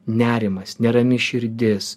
nerimas nerami širdis